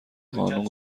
قانون